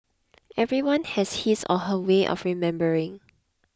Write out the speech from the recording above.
everyone has his or her way of remembering